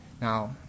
Now